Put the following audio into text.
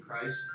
Christ